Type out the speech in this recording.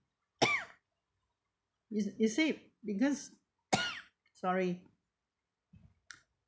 you you say because sorry